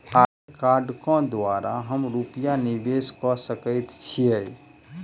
आधार कार्ड केँ द्वारा हम रूपया निवेश कऽ सकैत छीयै?